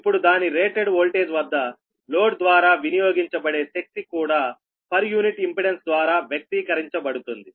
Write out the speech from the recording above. ఇప్పుడు దాని rated voltage వద్ద లోడ్ ద్వారా వినియోగించబడే శక్తి కూడా పర్ యూనిట్ ఇంపెడెన్స్ ద్వారా వ్యక్తీకరించబడుతుంది